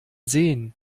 sehen